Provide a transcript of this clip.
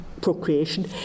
procreation